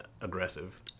aggressive